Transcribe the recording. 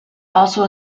also